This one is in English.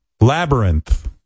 labyrinth